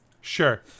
Sure